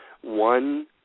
one